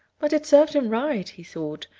but it served him right, he thought,